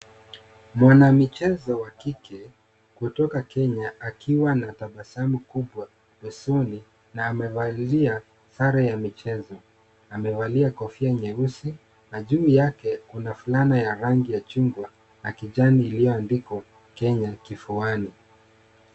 Mwanamichezo wa kike kutoka kenya akiwa na tabasamu kubwa usoni na amevalia sare ya michezo. Amevalia kofia nyeusi na juu yake kuna fulana ya rangi ya chungwa yakijani ilio andikwa Kenya kifuani.